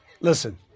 Listen